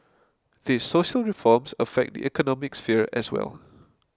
these social reforms affect the economic sphere as well